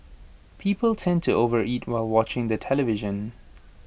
people tend to overeat while watching the television